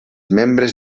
membres